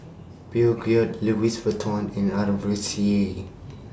Peugeot Louis Vuitton and R V C A